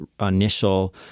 initial